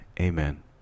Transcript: amen